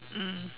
mm